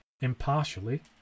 impartially